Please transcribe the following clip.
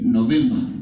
November